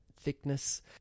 thickness